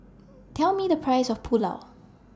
Tell Me The Price of Pulao